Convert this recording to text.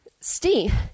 Steve